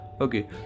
okay